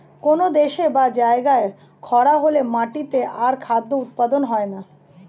কোন দেশে বা জায়গায় খরা হলে মাটিতে আর খাদ্য উৎপন্ন হয় না